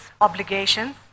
obligations